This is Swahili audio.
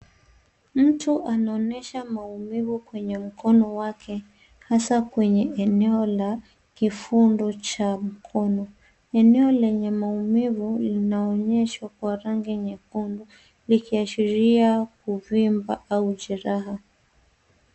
Mtu anaonyesha maumivu kwenye mkono wake, hasa kwenye, eneo la kifundo cha mkono. Eneo lenye maumivu, linaonyeshwa kwa rangi nyekundu, likiashiria kuvimba, au jeraha.